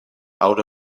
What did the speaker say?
out